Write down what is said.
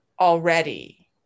Already